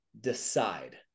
decide